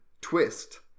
twist